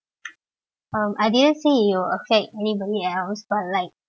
um I didn't say it will affect anybody else but like